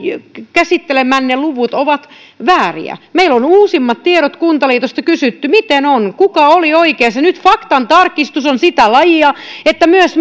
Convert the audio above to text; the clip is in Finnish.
käsittelemänne luvut ovat vääriä meillä on uusimmat tiedot kuntaliitosta kysyttyinä miten on kuka oli oikeassa nyt faktan tarkistus on sitä lajia että myös